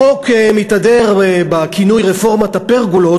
החוק מתהדר בכינוי "רפורמת הפרגולות",